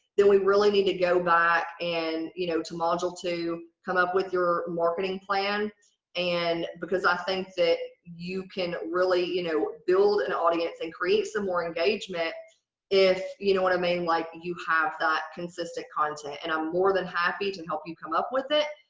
then we really need to go back and you know to module two, come up with your marketing plan and because i think that you can really you know build an audience and create some more engagement if you know what i mean like you have that consistent content. and i'm more than happy to help you come up with it.